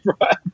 Right